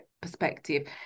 perspective